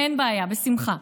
אין בעיה, בשמחה.